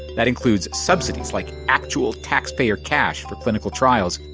that includes subsidies, like actual taxpayer cash for clinical trials,